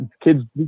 kids